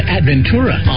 Adventura